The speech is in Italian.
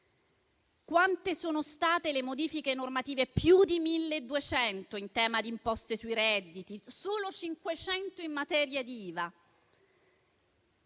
Quante sono state le modifiche normative? Più di 1.200 in tema di imposte sui redditi e solo 500 in materia di IVA.